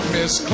Miss